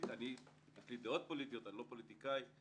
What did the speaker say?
לי דעות פוליטיות אבל איני פוליטיקאי,